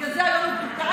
ובגלל הזה היום הוא כאן,